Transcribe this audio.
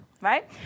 Right